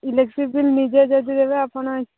electric bill ନିଜେ ଯଦି ଦେବେ ଆପଣ